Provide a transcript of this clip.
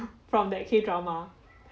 from that K drama